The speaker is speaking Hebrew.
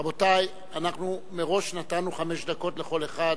רבותי, אנחנו מראש נתנו חמש דקות לכל אחד,